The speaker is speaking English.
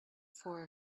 for